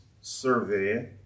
survey